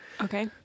Okay